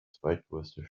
zweitgrößte